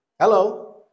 Hello